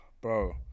bro